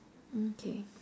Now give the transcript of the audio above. okay